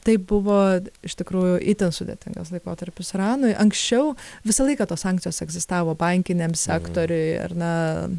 tai buvo iš tikrųjų itin sudėtingas laikotarpis iranui anksčiau visą laiką tos sankcijos egzistavo bankiniam sektoriui ar ne